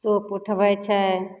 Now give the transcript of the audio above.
लोकके उठबय छै